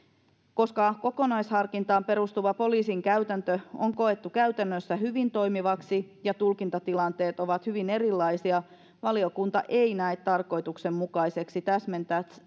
koska kokonaisharkintaan perustuva poliisin käytäntö on koettu käytännössä hyvin toimivaksi ja tulkintatilanteet ovat hyvin erilaisia valiokunta ei näe tarkoituksenmukaiseksi täsmentää